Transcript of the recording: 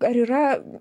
ar yra